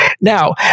Now